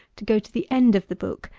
to go to the end of the book,